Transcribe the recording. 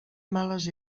males